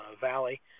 Valley